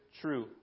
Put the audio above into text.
true